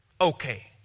okay